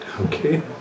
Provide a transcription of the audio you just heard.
Okay